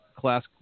class